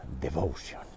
Devotion